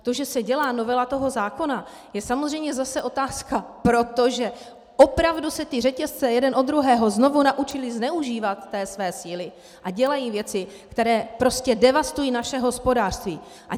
To, že se dělá novela zákona, je samozřejmě zase otázka proto, že opravdu se ty řetězce jeden od druhého znovu naučily zneužívat té své síly a dělají věci, které prostě devastují naše hospodářství!